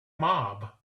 mob